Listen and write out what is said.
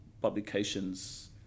publications